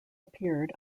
appeared